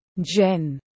Jen